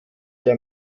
der